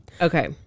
Okay